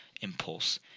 impulse